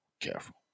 careful